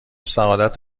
سعادت